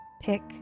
pick